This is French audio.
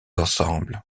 ensembles